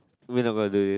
when on got do you